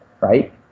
right